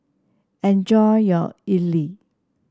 enjoy your idly